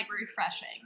refreshing